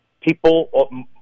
people